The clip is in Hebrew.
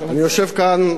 אני יושב כאן,